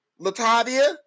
Latavia